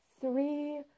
three